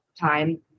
time